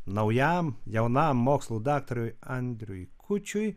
naujam jaunam mokslų daktarui andriui kučiui